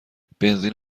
بنزین